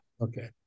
Okay